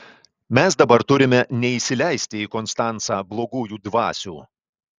mes dabar turime neįsileisti į konstancą blogųjų dvasių